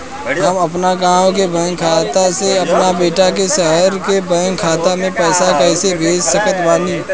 हम अपना गाँव के बैंक खाता से अपना बेटा के शहर के बैंक खाता मे पैसा कैसे भेज सकत बानी?